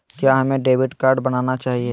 क्या हमें debit card बनाना चाहिए?